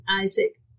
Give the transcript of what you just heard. Isaac